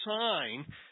sign